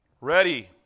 Ready